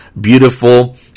beautiful